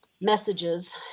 messages